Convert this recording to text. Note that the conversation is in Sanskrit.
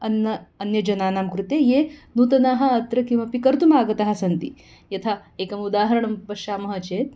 अन्य अन्यजनानां कृते ये नूतनाः अत्र किमपि कर्तुम् आगतः सन्ति यथा एकम् उदाहरणं पश्यामः चेत्